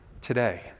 today